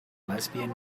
lesbian